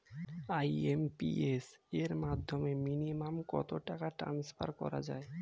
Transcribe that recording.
IMPS এর মাধ্যমে minimum কত টাকা ট্রান্সফার করা যায়?